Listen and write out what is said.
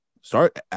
start